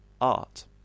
art